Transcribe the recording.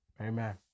Amen